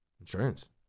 insurance